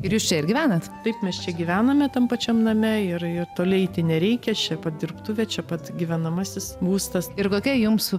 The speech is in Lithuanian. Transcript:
ir jūs čia ir gyvenat taip mes čia gyvename tam pačiam name yra jo toliau eiti nereikia čia pat dirbtuvė čia pat gyvenamasis būstas ir kokia jums